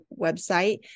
website